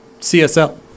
CSL